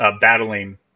battling